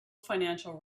financial